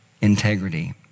integrity